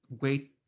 wait